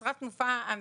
נוצרה תנופה ענקית.